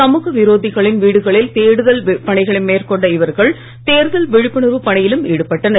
சமூக விரோதிகளின் வீடுகளில் தேடுதல் பணிகளை மேற்கொண்ட இவர்கள் தேர்தல் விழிப்புணர்வு பணியிலும் ஈடுபட்டனர்